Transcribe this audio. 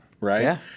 right